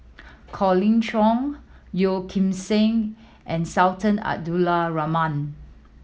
Colin Cheong Yeo Kim Seng and Sultan Abdul Rahman